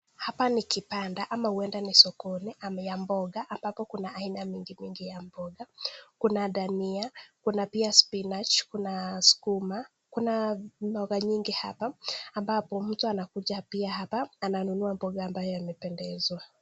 Hapa ni kibanda au henda ni sokoni ya mboga ambapo kuna aina nyingi ya mboga. Kuna dania, kuna spinach , kuna sukuma na mboga nyingi hapa ambapo mtu anakuja hapa na kununua mboga ambayo inampendeza.